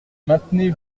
maintenez